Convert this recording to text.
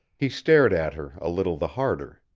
he stared at her a little the harder.